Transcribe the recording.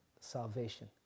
salvation